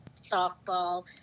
softball